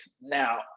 Now